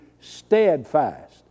steadfast